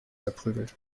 verprügelt